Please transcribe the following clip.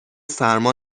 سرما